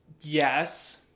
Yes